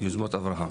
יוזמות אברהם.